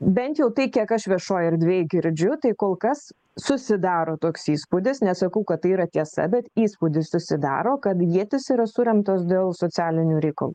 bent jau tai kiek aš viešoj erdvėj girdžiu tai kol kas susidaro toks įspūdis nesakau kad tai yra tiesa bet įspūdis susidaro kad ietys yra suremtos dėl socialinių reikalų